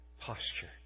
posture